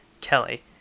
Kelly